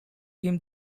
him